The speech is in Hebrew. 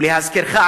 ולהזכירך,